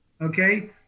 okay